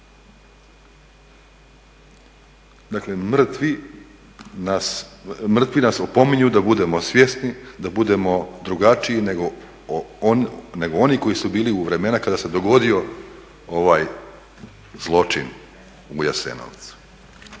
Dakle mrtvi nas opominju da budemo svjesni, da budemo drugačiji nego oni koji su bili u vremena kada se dogodio ovaj zločin u Jasenovcu.